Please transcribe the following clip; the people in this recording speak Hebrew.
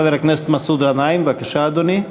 חבר הכנסת מסעוד גנאים, בבקשה, אדוני.